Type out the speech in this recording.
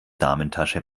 damentasche